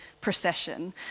procession